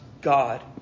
God